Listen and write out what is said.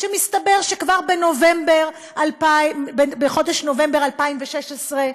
שמסתבר שכבר בנובמבר, בחודש נובמבר 2016,